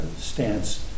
stance